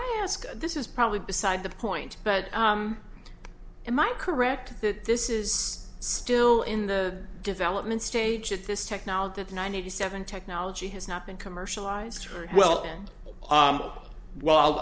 i ask this is probably beside the point but am i correct that this is still in the development stage at this technology that ninety seven technology has not been commercialized well and up well